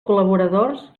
col·laboradors